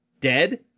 dead